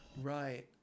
Right